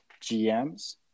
GMs